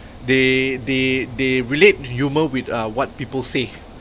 they they they relate humour with uh what people say